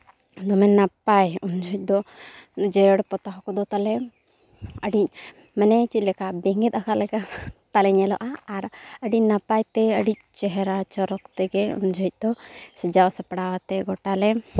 ᱢᱟᱱᱮ ᱱᱟᱯᱟᱭ ᱩᱱ ᱡᱚᱦᱚᱡᱽ ᱫᱚ ᱡᱮᱨᱮᱲ ᱯᱚᱛᱟᱣ ᱠᱚᱫᱚ ᱛᱟᱞᱮ ᱟᱹᱰᱤ ᱢᱟᱱᱮ ᱪᱮᱫᱞᱮᱠᱟ ᱵᱮᱸᱜᱮᱫ ᱟᱠᱟᱫ ᱞᱮᱠᱟ ᱛᱟᱞᱮ ᱧᱮᱞᱚᱜᱟ ᱟᱨ ᱟᱹᱰᱤ ᱱᱟᱯᱟᱭ ᱛᱮ ᱟᱹᱰᱤ ᱪᱮᱦᱨᱟ ᱪᱚᱨᱚᱠ ᱛᱮᱜᱮ ᱩᱱ ᱡᱚᱦᱚᱡ ᱫᱚ ᱥᱟᱡᱟᱣ ᱥᱟᱯᱲᱟᱣ ᱛᱮ ᱜᱚᱴᱟ ᱞᱮ